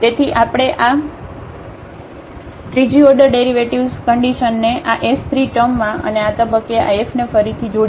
તેથી આપણે આ આ ત્રીજી ઓર્ડર ડેરિવેટિવ્ઝ કન્ડિશનને આ ડ³ ટર્મમાં અને આ તબક્કે આ f ને ફરીથી જોડી છે